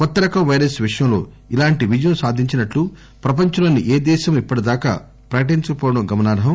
కొత్త రకం వైరస్ విషయంలో ఇలాంటి విజయం సాధించినట్లు ప్రపంచంలోని ఏ దేశమూ ఇప్పటిదాకా ప్రకటించకపోవడం గమనార్హం